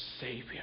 savior